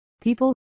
people